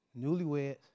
newlyweds